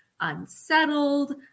unsettled